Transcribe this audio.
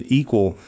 equal